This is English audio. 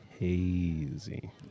Hazy